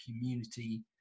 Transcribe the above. community